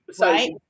right